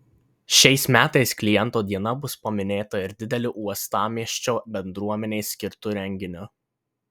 šiais metais kliento diena bus paminėta ir dideliu uostamiesčio bendruomenei skirtu renginiu